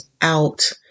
out